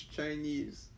Chinese